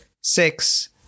Six